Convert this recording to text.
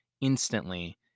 instantly